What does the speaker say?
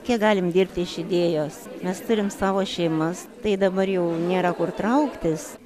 kiek galim dirbti iš idėjos mes turim savo šeimas tai dabar jau nėra kur trauktis